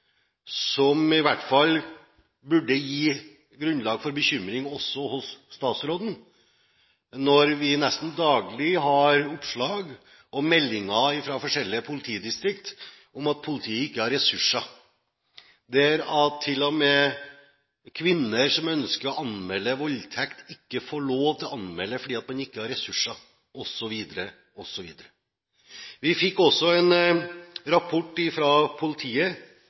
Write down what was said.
som i hvert fall burde gi grunnlag for bekymring – også hos statsråden – når vi nesten daglig har oppslag og meldinger fra forskjellige politidistrikt om at politiet ikke har ressurser. Kvinner som ønsker å anmelde voldtekt, får ikke lov til å anmelde fordi man ikke har ressurser, osv., osv. Vi fikk også en rapport fra politiet